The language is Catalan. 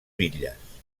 bitlles